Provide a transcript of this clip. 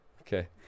Okay